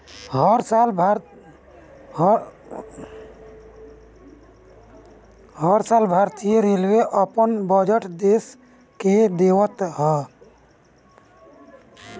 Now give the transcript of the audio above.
हर साल भारतीय रेलवे अपन बजट देस के देवत हअ